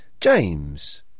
James